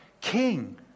king